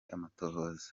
amatohoza